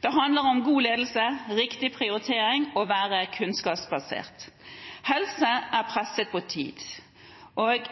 Det handler om god ledelse, riktig prioritering og å være kunnskapsbasert. Helsepersonell er presset på tid.